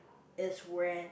is where